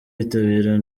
yitabira